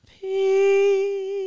peace